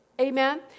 Amen